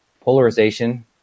polarization